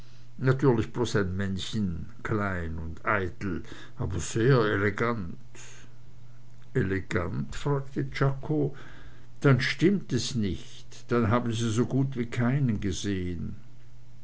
natürlich bloß ein männchen klein und eitel aber sehr elegant elegant fragte czako dann stimmt es nicht dann haben sie so gut wie keinen gesehen